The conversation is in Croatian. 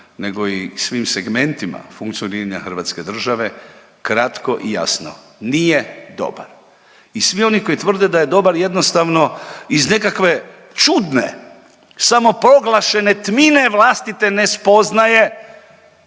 nego i svim segmentima funkcioniranja hrvatske države, kratko i jasno, nije dobar i svi oni koji tvrde da je dobar, jednostavno iz nekakve čudne, samoproglašene tmine vlastite nespoznaje,